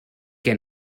que